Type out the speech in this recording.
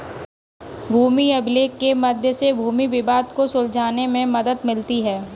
भूमि अभिलेख के मध्य से भूमि विवाद को सुलझाने में मदद मिलती है